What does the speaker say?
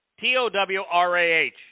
T-O-W-R-A-H